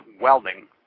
welding